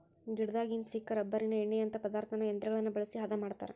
ಗಿಡದಾಗಿಂದ ಸಿಕ್ಕ ರಬ್ಬರಿನ ಎಣ್ಣಿಯಂತಾ ಪದಾರ್ಥಾನ ಯಂತ್ರಗಳನ್ನ ಬಳಸಿ ಹದಾ ಮಾಡತಾರ